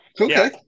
Okay